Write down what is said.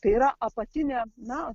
tai yra apatinė na